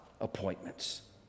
appointments